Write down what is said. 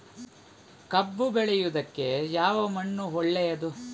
ಕಬ್ಬು ಬೆಳೆಯುವುದಕ್ಕೆ ಯಾವ ಮಣ್ಣು ಒಳ್ಳೆಯದು?